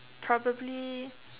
probably